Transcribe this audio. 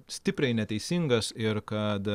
stipriai neteisingas ir kad